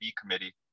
committee